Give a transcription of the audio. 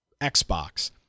Xbox